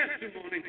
testimony